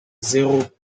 zéro